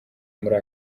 muri